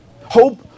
Hope